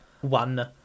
one